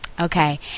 okay